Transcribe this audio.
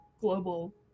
global